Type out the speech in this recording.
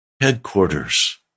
headquarters